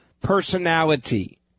personality